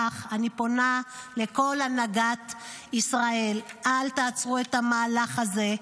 כך אני פונה לכל הנהגת ישראל: אל תעצרו את המהלך הזה.